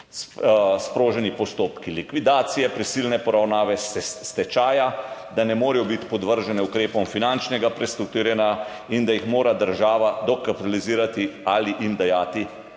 sproženi postopki likvidacije, prisilne poravnave, stečaja, da ne morejo biti podvržene ukrepom finančnega prestrukturiranja in da jih mora država dokapitalizirati ali jim dajati